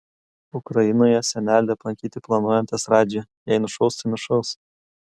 ukrainoje senelį aplankyti planuojantis radži jei nušaus tai nušaus